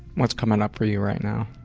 what's coming up for you right now?